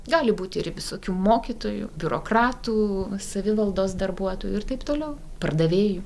gali būti ir visokių mokytojų biurokratų savivaldos darbuotojų ir taip toliau pardavėjų